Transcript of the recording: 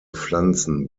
pflanzen